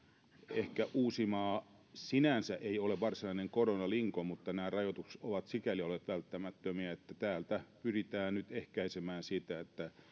ehkä uusimaa sinänsä ei ole varsinainen koronalinko mutta nämä rajoitukset ovat sikäli olleet välttämättömiä että nyt pyritään ehkäisemään sitä että